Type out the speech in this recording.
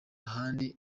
handi